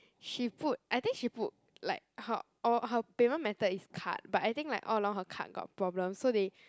she put I think she put like her or her payment method is card but I think like all along her card got problem so they